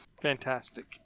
fantastic